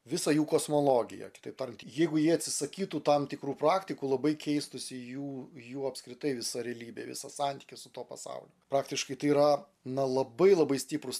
visa jų kosmologija kitaip tariant jeigu jie atsisakytų tam tikrų praktikų labai keistųsi jų jų apskritai visa realybė visas santykis su tuo pasauliu praktiškai tai yra na labai labai stiprūs